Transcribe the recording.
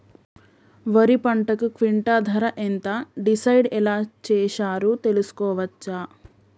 వరి పంటకు క్వింటా ధర ఎంత డిసైడ్ ఎలా చేశారు తెలుసుకోవచ్చా?